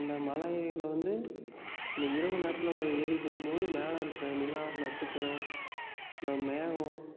அந்த மலையில் வந்து இந்த இரவு நேரத்தில் ஏறி போகும்போது மேலே இருக்கிற நிலா நட்சத்திரம் இந்த மேகம்